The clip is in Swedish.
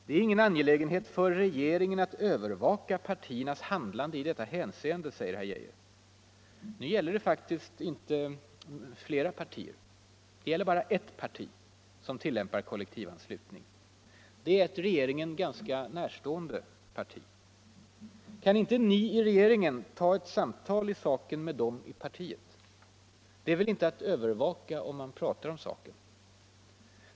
Det är ingen angelägenhet ”för regeringen att övervaka partiernas handlande i detta hänseende”, säger herr Geijer. Nu gäller det faktiskt inte flera partier. Det gäller bara ert parti, som tillämpar kollektivanslutning. Det är ett regeringen ganska närstående parti. Kan inte ni i regeringen ta ett samtal i saken med dem i partiet? Det är väl inte att ”övervaka” om man pratar om saken?